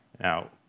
Now